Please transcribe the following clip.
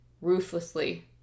ruthlessly